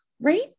right